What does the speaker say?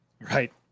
Right